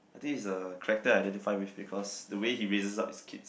I think it's a character I identify with because the way he raises up his kids